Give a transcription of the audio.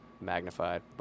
magnified